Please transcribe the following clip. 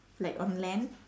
like on land